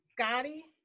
Scotty